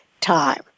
time